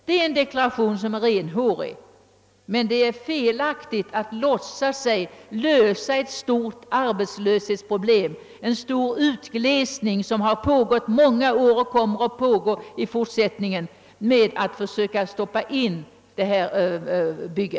Det är en renhårig deklaration. Men det är felaktigt att låtsas lösa ett stort arbetslöshetsproblem, avhjälpa en stor utglesning, som pågått många år och kommer att pågå i fortsättningen, med att försöka stoppa in detta bygge.